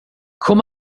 kom